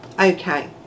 okay